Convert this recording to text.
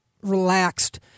relaxed